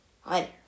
Hi